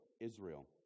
Israel